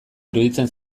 iruditzen